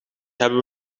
hebben